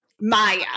maya